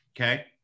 Okay